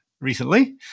Recently